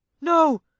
No